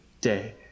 day